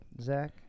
Zach